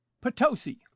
Potosi